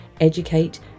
educate